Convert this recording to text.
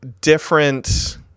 different